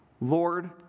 Lord